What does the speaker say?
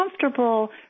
comfortable